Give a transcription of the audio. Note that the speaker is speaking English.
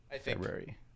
February